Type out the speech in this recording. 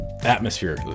Atmosphere